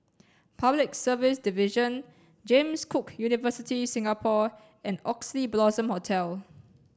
public service division James Cook University Singapore and Oxley Blossom Hotel